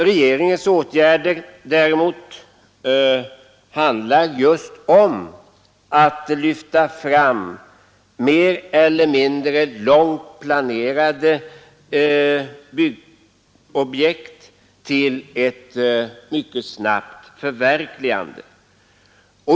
Regeringens åtgärder däremot handlar just om att lyfta fram mer eller mindre långt planerade byggobjekt till ett mycket snabbt förverkligande.